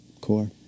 Core